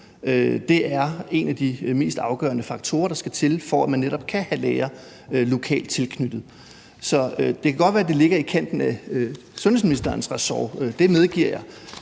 er en af de mest afgørende faktorer, der skal til, for at man netop kan have læger tilknyttet lokalt. Så det kan godt være, at det ligger i kanten af sundhedsministerens ressort, det medgiver jeg,